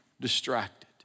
distracted